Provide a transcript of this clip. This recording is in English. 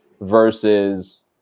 versus